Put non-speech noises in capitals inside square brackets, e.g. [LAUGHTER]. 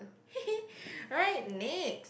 [LAUGHS] right next